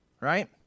right